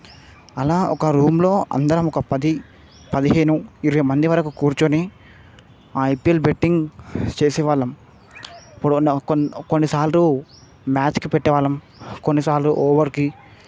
అలా ఒక రూంలో అందరం ఒక పది పదిహేను ఇరవై మంది వరకు కూర్చొని ఐపీఎల్ బెట్టింగ్ చేసేవాళ్ళం ఇప్పుడున్న కొన్ కొన్ని సార్లు మ్యాచ్కి పెట్టేవాళ్ళం కొన్ని సార్లు ఓవర్కి